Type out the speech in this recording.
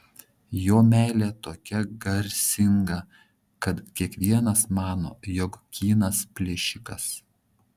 jo meilė tokia garsinga kad kiekvienas mano jog kynas plėšikas